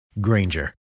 Granger